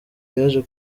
yaje